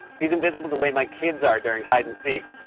he's invisible the way my kids are during hide-and-seek.